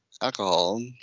alcohol